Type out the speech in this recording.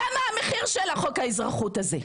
זה המחיר של חוק האזרחות הזה.